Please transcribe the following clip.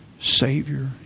Savior